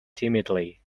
timidly